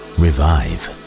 revive